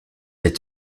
êtes